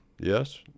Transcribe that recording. yes